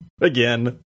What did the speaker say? again